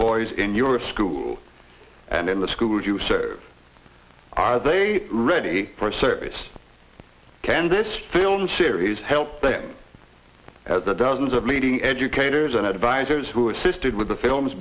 boys in your school and in the school would you say are they ready for a service can this film series help them as the dozens of leading educators and advisers who assisted with the films